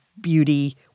beauty